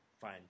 Fine